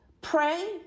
Pray